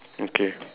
okay